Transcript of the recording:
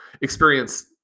experience